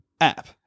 App